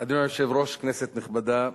אדוני היושב-ראש, כנסת נכבדה,